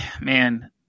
man